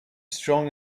strong